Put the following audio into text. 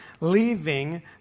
leaving